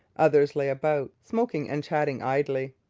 others lay about, smoking and chatting idly.